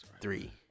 Three